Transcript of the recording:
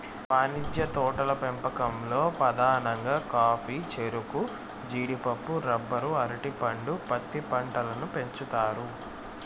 వాణిజ్య తోటల పెంపకంలో పధానంగా కాఫీ, చెరకు, జీడిపప్పు, రబ్బరు, అరటి పండు, పత్తి పంటలను పెంచుతారు